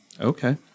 Okay